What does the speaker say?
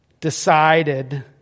decided